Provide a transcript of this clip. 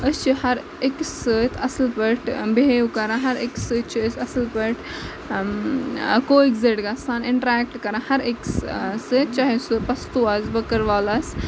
أسۍ چھِ ہر أکِس سۭتۍ اَصٕل پٲٹھۍ بِہیو کَران ہَر أکِس سۭتۍ چھِ أسۍ اَصٕل پٲٹھۍ کو اٮ۪گزِٹ گژھان اِنٹرٛیکٹہٕ کَران ہر أکِس سۭتۍ چاہے سُہ پَستوٗ آسہِ بٔکٕروال آسہِ